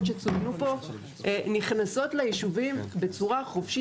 שצוינו פה נכנסות לישובים בצורה חופשית.